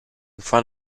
front